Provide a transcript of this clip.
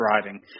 driving